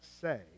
say